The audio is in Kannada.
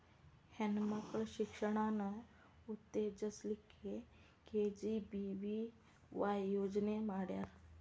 ಹೆಣ್ ಮಕ್ಳ ಶಿಕ್ಷಣಾನ ಉತ್ತೆಜಸ್ ಲಿಕ್ಕೆ ಕೆ.ಜಿ.ಬಿ.ವಿ.ವಾಯ್ ಯೋಜನೆ ಮಾಡ್ಯಾರ್